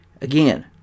again